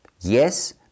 yes